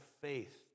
faith